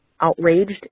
outraged